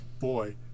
boy